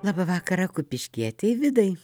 labą vakarą kupiškietei vidai